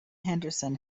henderson